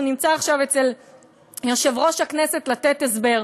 שהוא נמצא עכשיו אצל יושב-ראש הכנסת לתת הסבר.